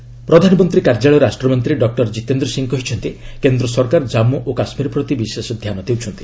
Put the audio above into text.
MoS PMO ପ୍ରଧାନମନ୍ତ୍ରୀ କାର୍ଯ୍ୟାଳୟ ରାଷ୍ଟ୍ରମନ୍ତ୍ରୀ ଡକ୍କର ଜୀତେନ୍ଦ୍ର ସିଂହ କହିଛନ୍ତି କେନ୍ଦ୍ର ସରକାର ଜାମ୍ମ ଏବଂ କାଶୁୀର ପ୍ରତି ବିଶେଷ ଧ୍ୟାନ ଦେଉଛନ୍ତି